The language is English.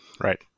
Right